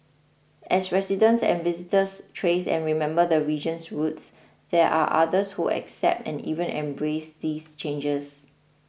as residents and visitors trace and remember the region's roots there are others who accept and even embrace these changes